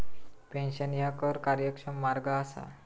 pension ह्या कर कार्यक्षम मार्ग असा